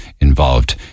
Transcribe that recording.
involved